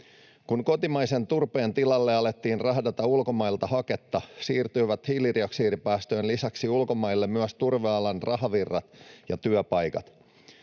Kun kotimaisen turpeen tilalle alettiin rahdata ulkomailta haketta, siirtyivät hiilidioksidipäästöjen lisäksi ulkomaille myös turvealan rahavirrat ja työpaikat.